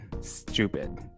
stupid